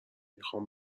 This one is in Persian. میخام